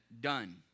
done